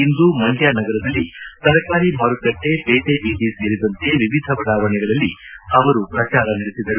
ಇಂದು ಮಂಡ್ಕ ನಗರದಲ್ಲಿ ತರಕಾರಿ ಮಾರುಕಟ್ಟೆ ವೇಟೆ ಬೀದಿ ಸೇರಿದಂತೆ ವಿವಿಧ ಬಡಾವಣೆಗಳಲ್ಲಿ ಪ್ರಜಾರ ನಡೆಸಿದರು